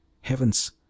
heavens